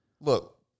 Look